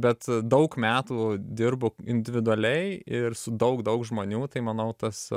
bet daug metų dirbu individualiai ir su daug daug žmonių tai manau tas